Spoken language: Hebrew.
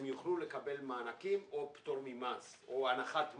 הם יוכלו לקבל מענקים או פטור ממס או הנחת מס.